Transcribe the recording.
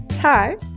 Hi